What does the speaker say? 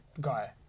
guy